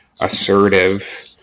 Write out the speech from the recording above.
assertive